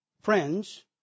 friends